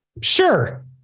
sure